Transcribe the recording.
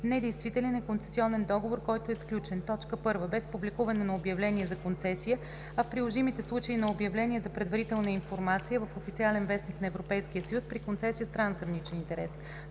Недействителен е концесионен договор, който е сключен: 1. без публикуване на обявление за концесия, а в приложимите случаи – на обявление за предварителна информация в „Официален вестник" на Европейския съюз – при концесия с трансграничен интерес;